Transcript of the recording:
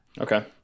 Okay